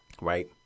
right